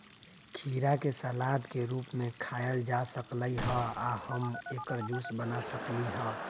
खीरा के सलाद के रूप में खायल जा सकलई ह आ हम एकर जूस बना सकली ह